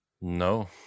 No